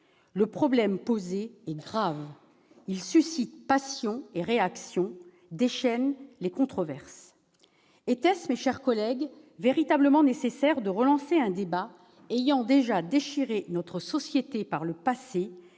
le problème posé est grave, il suscite passions et réactions, déchaîne les controverses. Était-il, mes chers collègues, véritablement nécessaire de relancer un débat ayant déjà déchiré notre société par le passé